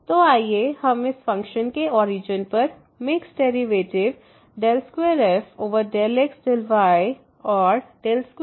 तो आइए हम इस फ़ंक्शन के ओरिजन पर मिक्स्ड डेरिवेटिव 2f∂x∂y और 2f∂y∂x की सीधे गणना करें